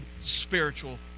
spiritual